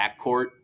backcourt